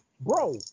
bro